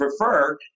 prefer